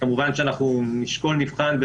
כמובן שאנחנו נשקול, נבחן,